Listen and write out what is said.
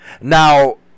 Now